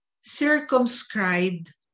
circumscribed